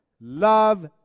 Love